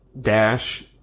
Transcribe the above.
Dash